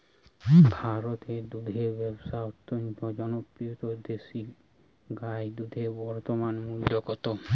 ভারতে দুধের ব্যাবসা অত্যন্ত জনপ্রিয় দেশি গাই দুধের বর্তমান মূল্য কত?